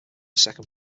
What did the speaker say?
second